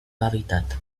hábitat